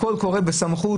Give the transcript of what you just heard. הכול קורה בסמכות.